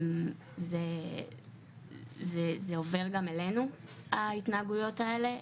זה עובר גם אלינו ההתנהגויות האלה,